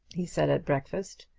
he said at breakfast.